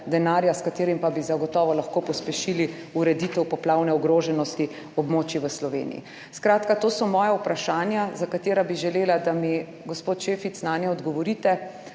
denarja, s katerim pa bi zagotovo lahko pospešili ureditev poplavne ogroženosti območij v Sloveniji. Skratka, to so moja vprašanja, za katera bi želela, da mi gospod Šefic nanje odgovorite.